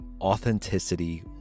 ...authenticity